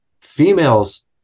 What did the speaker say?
females